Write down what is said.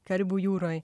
karibų jūroj